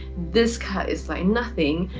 this cut is like nothing,